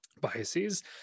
biases